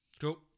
cool